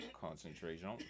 concentration